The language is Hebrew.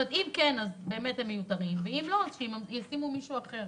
אם כן אז הם מיותרים ואם לא אז שישימו מישהו אחר.